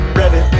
ready